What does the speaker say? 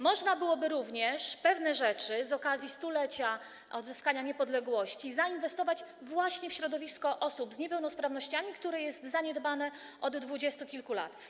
Można byłoby również środki na pewne rzeczy z okazji stulecia odzyskania niepodległości zainwestować właśnie w środowisko osób z niepełnosprawnościami, które jest zaniedbane od dwudziestu kilku lat.